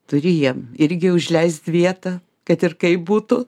turi jiem irgi užleist vietą kad ir kaip būtų